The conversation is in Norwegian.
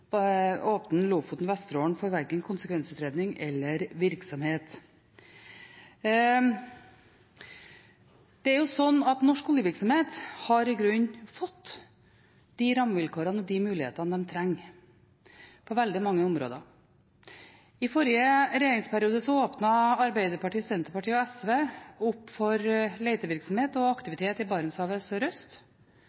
Lofoten og Vesterålen for verken konsekvensutredning eller virksomhet. Norsk oljevirksomhet har i grunnen fått de rammevilkårene og de mulighetene de trenger på veldig mange områder. I forrige regjeringsperiode åpnet Arbeiderpartiet, Senterpartiet og SV opp for letevirksomhet og